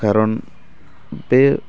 खारन बे